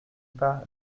pas